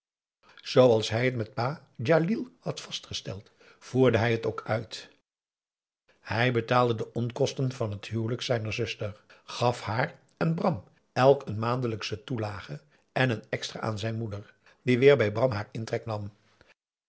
zooals hij het met pa djalil had vastgesteld voerde hij het ook uit hij betaalde de onkosten van het huwelijk zijner zuster gaf haar en ram elk een maandelijksche toelage en een extra aan zijn moeder die weer bij bram haar